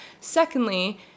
Secondly